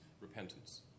repentance